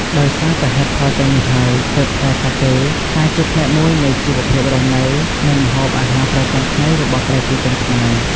ដោយសារតែហេតុផលទាំងនេះហើយ ទើបផ្លែសាកេក្លាយជាផ្នែកមួយនៃជីវភាពរស់នៅ និងម្ហូបអាហារប្រចាំថ្ងៃរបស់ប្រជាជនខ្មែរ។